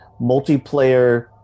multiplayer